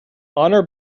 honor